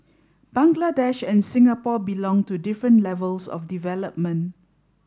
Bangladesh and Singapore belong to different levels of development